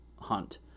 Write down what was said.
hunt